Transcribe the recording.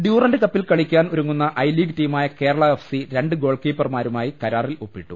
Durand കപ്പിൽ കളിക്കാൻ ഒരുങ്ങുന്ന ഐ ലീഗ് ടീമായ കേരള എഫ് സി രണ്ട്ഗോൾകീപ്പർമാരുമായി കരാറിൽ ഒപ്പിട്ടു